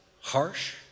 harsh